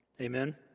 Amen